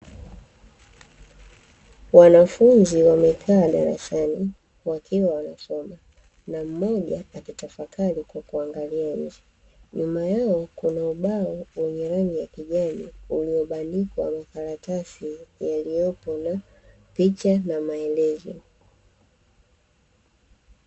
Wanafunzi wamekaa darasani wakiwa wanasoma, na mmoja akitafakari kwa kuangalia nje. Nyuma yao kuna ubao wenye rangi ya kijani uliobanikwa makaratasi yaliyopo na picha na maelezo.